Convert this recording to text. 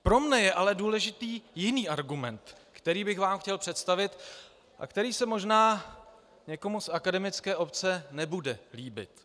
Pro mne je ale důležitý jiný argument, který bych vám chtěl představit a který se možná někomu z akademické obce nebude líbit.